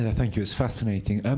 thank you. it's fascinating. um